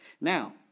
Now